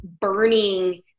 burning